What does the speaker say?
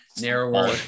narrower